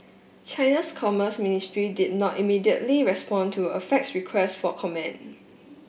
China's commerce ministry did not immediately respond to a faxed request for comment